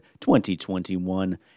2021